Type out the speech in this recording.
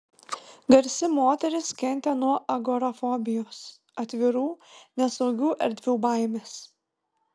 garsi moteris kentė nuo agorafobijos atvirų nesaugių erdvių baimės